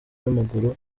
w’amaguru